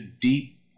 deep